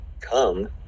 come